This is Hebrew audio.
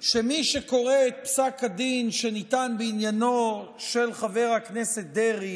שמי שקורא את פסק הדין שניתן בעניינו של חבר הכנסת דרעי